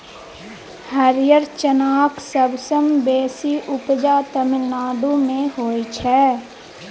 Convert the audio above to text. हरियर चनाक सबसँ बेसी उपजा तमिलनाडु मे होइ छै